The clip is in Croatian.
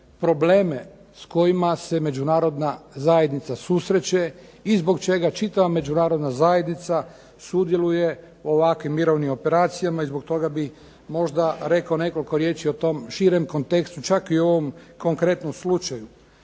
probleme s kojima se međunarodna zajednica susreće i zbog čega čitava međunarodna zajednica sudjeluje u ovakvim mirovnim operacijama. I zbog toga bih možda rekao nekoliko riječi o tom širem kontekstu čak i u ovom konkretnom slučaju.